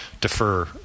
defer